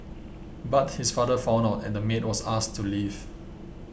but his father found out and the maid was asked to leave